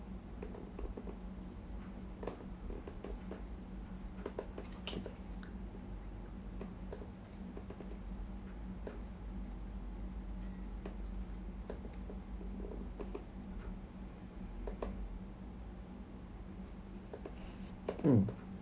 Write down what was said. okay then um